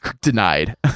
denied